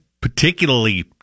particularly